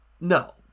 no